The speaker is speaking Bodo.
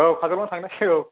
औ खाजलगाव थांनाव सिगौ